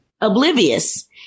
oblivious